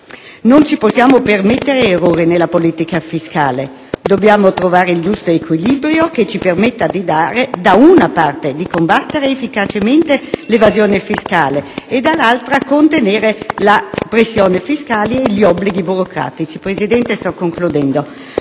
Non ci possiamo permettere errori nella politica fiscale. Dobbiamo trovare il giusto equilibrio che ci permetta da una parte di combattere efficacemente l'evasione fiscale e dall'altra di contenere la pressione fiscale e gli obblighi burocratici. Dobbiamo seguire